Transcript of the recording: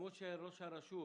כפי שראש הרשות